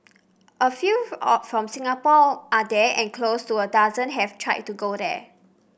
a few from Singapore are there and close to a dozen have tried to go there